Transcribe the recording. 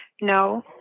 No